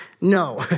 No